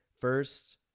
First